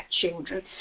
children